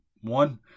one